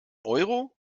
euro